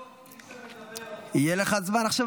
מי שמדבר על --- יהיה לך זמן עכשיו,